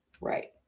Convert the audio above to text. Right